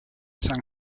san